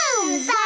Boom